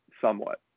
Somewhat